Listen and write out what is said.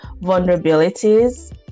vulnerabilities